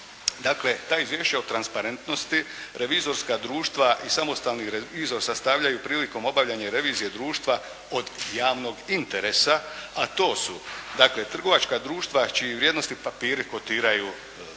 Dakle, ta izvješća o transparentnosti, revizorska društva i samostalni revizor sastavljaju prilikom obavljanja revizije društva od javnog interesa, a to su dakle trgovačka društva čiji vrijednosni papiri kotiraju